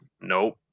Nope